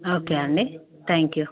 okay అండి thank you